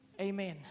Amen